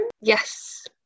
yes